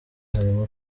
harimo